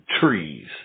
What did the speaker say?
trees